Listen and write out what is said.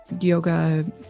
yoga